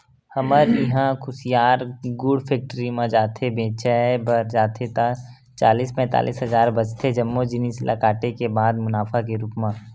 हमर इहां कुसियार गुड़ फेक्टरी म जाथे बेंचाय बर जाथे ता चालीस पैतालिस हजार बचथे जम्मो जिनिस ल काटे के बाद मुनाफा के रुप म